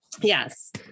Yes